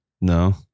No